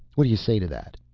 what do you say to that?